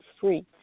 free